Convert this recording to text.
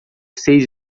seis